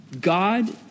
God